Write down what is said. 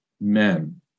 men